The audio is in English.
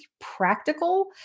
practical